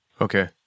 Okay